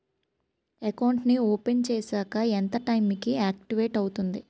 Account నీ open చేశాక ఎంత టైం కి ఆక్టివేట్ అవుతుంది?